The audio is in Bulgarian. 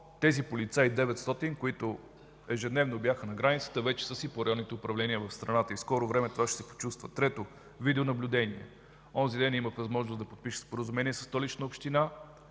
900 полицаи, които ежедневно бяха на границата, вече са си по районните управления в страната и в скоро време това ще се почувства. Трето, видеонаблюдение. Онзи ден имах възможност да подпиша Споразумение със Столична община.